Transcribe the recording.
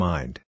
Mind